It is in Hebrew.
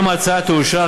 אם ההצעה תאושר,